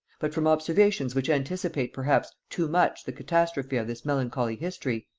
but from observations which anticipate perhaps too much the catastrophe of this melancholy history,